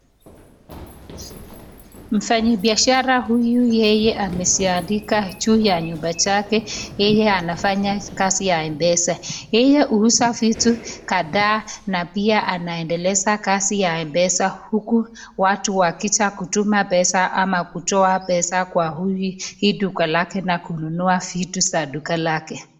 Mfanyibiashara huyu yeye ameziandika juu ya nyumba chake, yeye anafanya kazi ya mpesa. Yeye uuza vitu kadhaa na pia anaendeleza kazi ya mpesa huku watu wakija kutuma pesa ama kutoa pesa kwa hii duka lake na kununua vitu za duka lake.